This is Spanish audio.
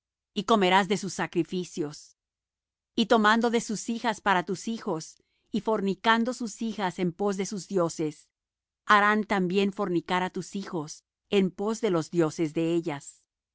y comerás de sus sacrificios o tomando de sus hijas para tus hijos y fornicando sus hijas en pos de sus dioses harán también fornicar á tus hijos en pos de los dioses de ellas